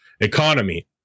economy